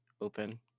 open